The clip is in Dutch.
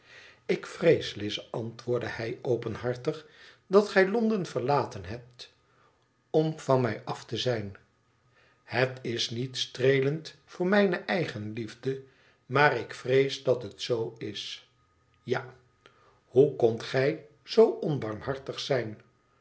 ik vrees lize antwoordde hij openhartig dat gij londen verlaten hebt om van mij af te zijn het is niet streelend voor mijne eigenliefde maar ik vrees dat het zoo is ja hoekondt gij zoo onbarmhartig zijn